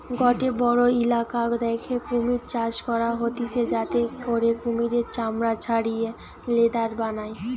গটে বড়ো ইলাকা দ্যাখে কুমির চাষ করা হতিছে যাতে করে কুমিরের চামড়া ছাড়িয়ে লেদার বানায়